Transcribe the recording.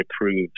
approved